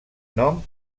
nom